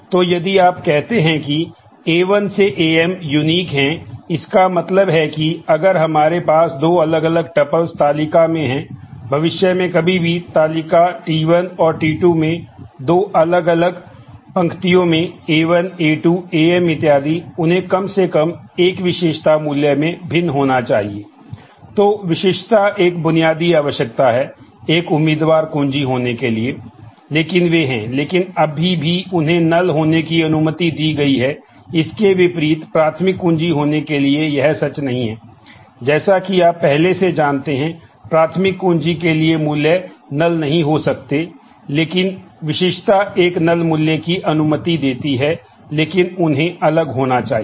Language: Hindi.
तो यदि आप कहते हैं कि A1 से Am यूनिक मूल्य की अनुमति देती है लेकिन उन्हें अलग होना चाहिए